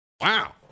wow